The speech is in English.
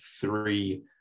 three